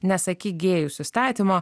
nesakyk gėjus įstatymo